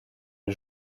les